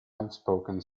outspoken